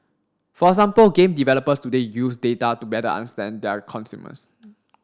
for example game developers today use data to better understand their consumers